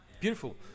beautiful